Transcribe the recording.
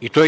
i to